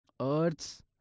earths